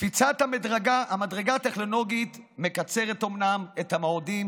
קפיצת המדרגה הטכנולוגית מקצרת אומנם את המועדים